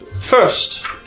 First